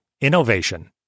innovation